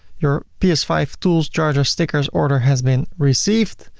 your p s five tools, chargers, stickers order has been received.